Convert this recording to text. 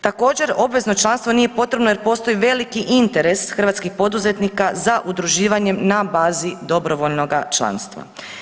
Također obvezno članstvo nije potrebno jer postoji veliki interes hrvatskih poduzetnika za udruživanjem na bazi dobrovoljnoga članstva.